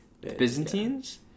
Byzantines